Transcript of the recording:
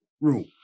room